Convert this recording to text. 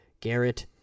Garrett